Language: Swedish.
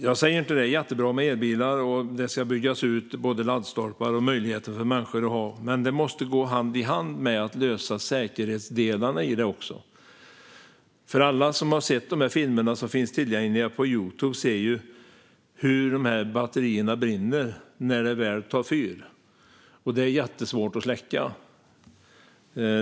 Det är jättebra med elbilar, och det ska byggas ut när det gäller laddstolpar och möjligheten för människor att ha sådana - men det måste gå hand i hand med att man även löser säkerheten i detta. Alla som har sett de filmer som finns tillgängliga på Youtube vet nämligen hur de här batterierna brinner när det väl tar fyr. Det är också jättesvårt att släcka.